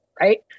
right